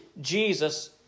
Jesus